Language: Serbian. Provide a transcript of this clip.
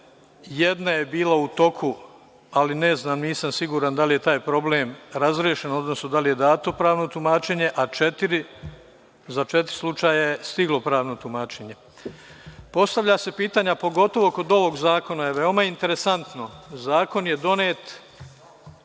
jedna je bila u toku, ali nisam siguran da li je taj problem razrešen, odnosno da li je dato pravno tumačenje, a za četiri slučaja je stiglo pravno tumačenje. Postavljaju se pitanja, pogotovo kod ovog zakona je veoma interesantno, zakon je donet